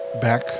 back